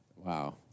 Wow